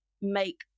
make